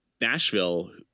nashville